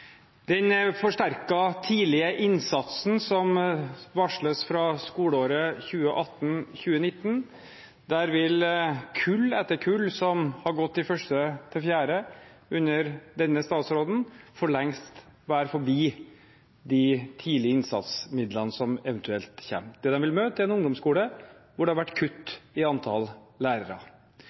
den forsterkede tidlige innsatsen som varsles fra skoleåret 2018–2019, vil kull etter kull som har gått i 1.–4. klasse under denne statsråden, for lengst være forbi de tidlig innsats-midlene som eventuelt kommer. Det de vil møte, er en ungdomsskole der det har vært kutt i antall lærere.